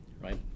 right